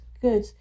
Good